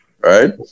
right